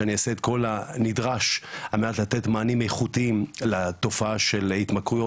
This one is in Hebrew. שאני אעשה את כל הנדרש על מנת לתת מענים איכותיים לתופעה של התמכרויות,